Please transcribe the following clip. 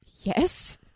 Yes